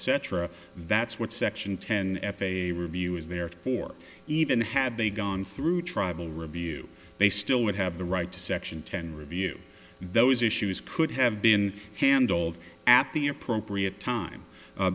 cetera that's what section ten f a a review is therefore even had they gone through tribal review they still would have the right to section ten review those issues could have been handled at the appropriate time